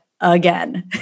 again